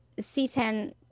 c10